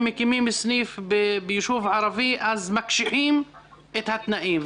מקימים סניף ביישוב ערבי מקשיחים את התנאים.